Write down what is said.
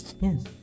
Yes